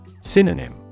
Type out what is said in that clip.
Synonym